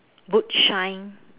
boot shine